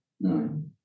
nine